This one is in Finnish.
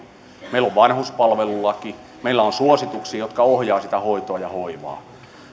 on vanhuspalvelulaki meillä on suosituksia jotka ohjaavat sitä hoitoa ja hoivaa